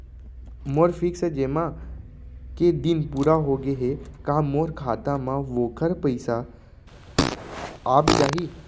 मोर fix जेमा के दिन पूरा होगे हे का मोर खाता म वोखर पइसा आप जाही?